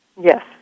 Yes